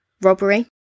robbery